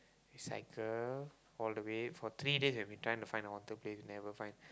cycle all the way for three days leh we trying to find a haunted place never find